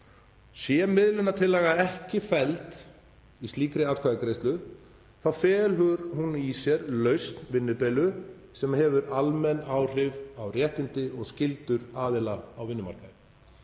Sé miðlunartillaga ekki felld í slíkri atkvæðagreiðslu felur hún í sér lausn vinnudeilu sem hefur almenn áhrif á réttindi og skyldur aðila á vinnumarkaði.